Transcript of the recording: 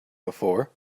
before